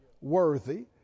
worthy